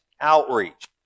outreach